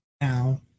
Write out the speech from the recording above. now